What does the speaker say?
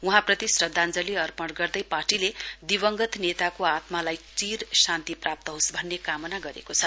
वहाँप्रति श्रद्वाञ्जली अर्पण गर्दै पार्टीले दिवंगत नेताको आत्मालाई चीर शान्ति प्राप्त होस् भन्ने कामना गरेको छ